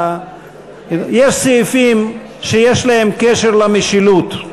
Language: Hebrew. יש סעיפים שיש להם קשר למשילות.